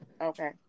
Okay